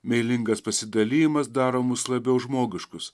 meilingas pasidalijimas daro mus labiau žmogiškus